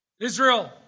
Israel